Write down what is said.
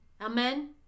Amen